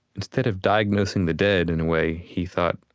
instead of diagnosing the dead, in a way he thought,